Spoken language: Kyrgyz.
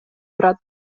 турат